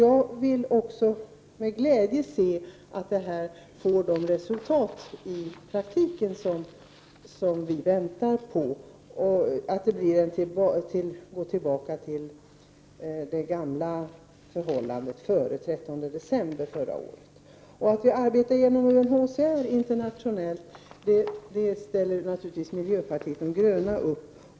Jag skulle med glädje se att det som här har sagts också ger de resultat i praktiken som vi väntar på. Vi hoppas alltså på en återgång till vad som gällde före den 13 december förra året. Att Sverige arbetar internationellt genom UNHCR tycker vi i miljöpartiet de gröna naturligtvis är bra.